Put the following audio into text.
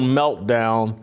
meltdown